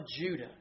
Judah